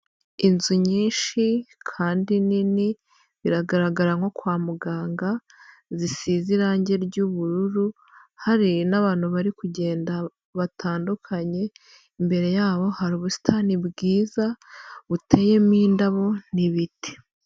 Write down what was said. Inzu nyinshi kandi nini biragaragara nko kwa muganga zisize irangi ry'ubururu hari n'abantu bari kugenda batandukanye, imbere yabo hari ubusitani bwiza buteyemo indabo n'ibiti.